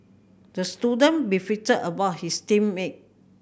the student beefed about his team mate